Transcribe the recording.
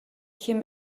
him